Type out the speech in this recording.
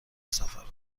سفر